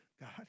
God